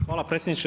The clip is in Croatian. Hvala predsjedniče.